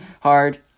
hard